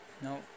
No